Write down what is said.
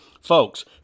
Folks